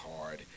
hard